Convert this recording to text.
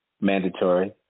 Mandatory